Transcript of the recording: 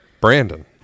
Brandon